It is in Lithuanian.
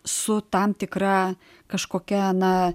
su tam tikra kažkokia na